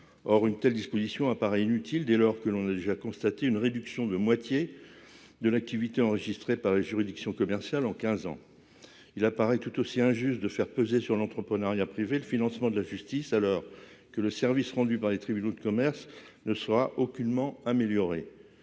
Or une telle disposition apparaît inutile dès lors que l'on a déjà constaté une réduction de moitié de l'activité enregistrée par la juridiction commerciale en 15 ans. Il apparaît tout aussi injuste de faire peser sur l'entrepreneuriat privé le financement de la justice alors que le service rendu par les tribunaux de commerce ne sera aucunement améliorée.